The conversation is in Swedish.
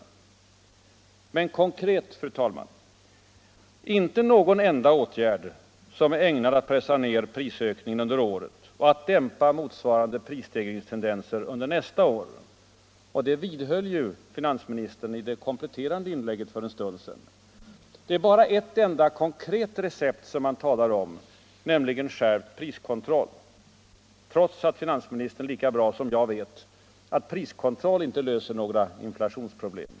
Men konkret, fru talman, inte någon enda åtgärd ägnad att pressa ner prisökningen under året och att dämpa motsvarande prisstegringstendenser under nästa år. Det vidhöll ju finansministern i det kompletterande inlägget för en stund sedan. Det är bara ett enda recept som man talar om, nämligen skärpt priskontroll, trots att finansministern lika bra som jag vet att priskontroll inte löser några inflationsproblem.